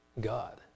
God